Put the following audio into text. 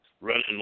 running